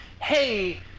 hey